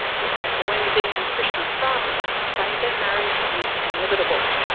veronica wensing and krishna sahdana say their marriage is inevitable,